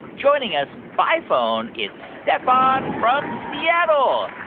joining us by phone, it's stefan from seattle.